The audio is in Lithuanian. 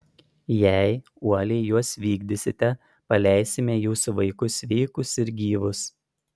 jei uoliai juos vykdysite paleisime jūsų vaikus sveikus ir gyvus